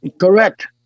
Correct